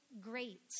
great